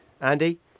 Andy